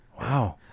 Wow